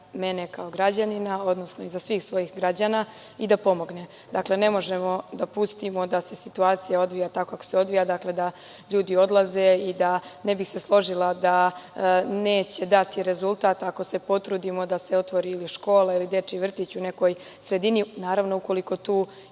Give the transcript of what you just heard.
kao građanina, odnosno iza svih svojih građana i da pomogne. Ne možemo da pustimo da se situacija odvija tako kako se odvija, da ljudi odlaze. Ne bih se složila da neće dati rezultat ako se potrudimo da se otvori škola, ili dečji vrtić u nekoj sredini, naravno ukoliko tu